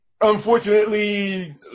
Unfortunately